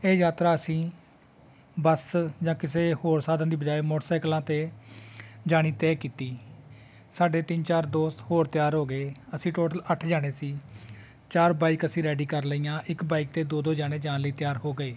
ਇਹ ਯਾਤਰਾ ਅਸੀਂ ਬੱਸ ਜਾਂ ਕਿਸੇ ਹੋਰ ਸਾਧਨ ਦੀ ਬਜਾਕਿ ਮੋਟਰਸਾਈਕਲਾਂ 'ਤੇ ਜਾਣੀ ਤੈਅ ਕੀਤੀ ਸਾਡੇ ਤਿੰਨ ਚਾਰ ਦੋਸਤ ਹੋਰ ਤਿਆਰ ਹੋ ਗਏ ਅਸੀਂ ਟੋਟਲ ਅੱਠ ਜਣੇ ਸੀ ਚਾਰ ਬਾਈਕ ਅਸੀਂ ਰੈਡੀ ਕਰ ਲਈਆਂ ਇੱਕ ਬਾਈਕ 'ਤੇ ਦੋ ਦੋ ਜਾਣੇ ਜਾਣ ਲਈ ਤਿਆਰ ਹੋ ਗਏ